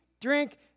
drink